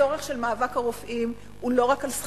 הצורך הוא לא רק במאבק הרופאים על שכרם,